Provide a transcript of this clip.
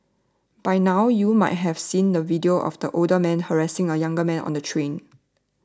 by now you might have seen the video of the older man harassing a younger man on the train